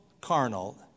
carnal